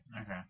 okay